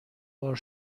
بار